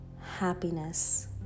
happiness